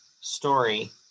story